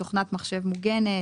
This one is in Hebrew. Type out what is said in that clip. תוכנת מחשב מוגנת,